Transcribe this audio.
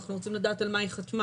אנחנו רוצות לדעת על מה היא חתמה.